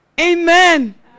Amen